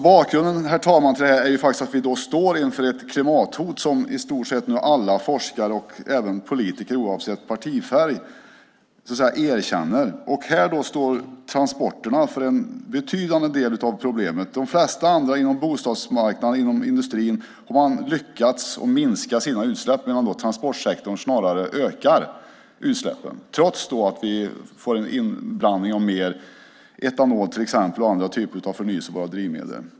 Bakgrunden till interpellationen, herr talman, är att vi står inför ett klimathot som i stort sett nu alla forskare och även politiker, oavsett partifärg, erkänner. Här står transporterna för en betydande del av problemet. De flesta andra inom bostadsmarknaden och inom industrin har lyckats minska sina utsläpp medan transportsektorn snarare ökar utsläppen, trots att vi får en inblandning av mer etanol och andra typer av förnybara drivmedel.